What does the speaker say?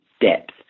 depth